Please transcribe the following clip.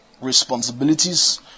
responsibilities